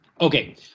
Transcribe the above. okay